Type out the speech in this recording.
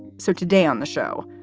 so today on the show,